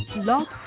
Lock